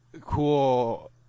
cool